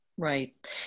Right